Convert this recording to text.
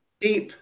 deep